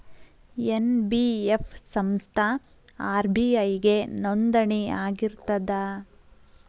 NBF ಸಂಸ್ಥಾ RBI ಗೆ ನೋಂದಣಿ ಆಗಿರ್ತದಾ?